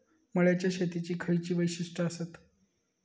मळ्याच्या शेतीची खयची वैशिष्ठ आसत?